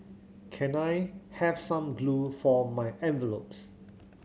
can I have some glue for my envelopes